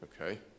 okay